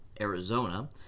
Arizona